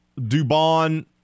Dubon